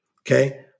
Okay